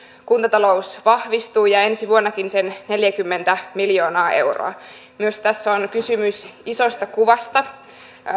kuntatalous vahvistuu ja ensi vuonnakin sen neljäkymmentä miljoonaa euroa tässä on kysymys myös isosta kuvasta